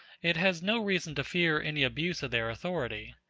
it has no reason to fear any abuse of their authority.